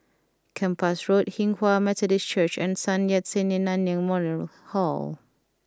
Kempas Road Hinghwa Methodist Church and Sun Yat Sen Nanyang Memorial Hall